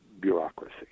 bureaucracy